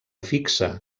fixa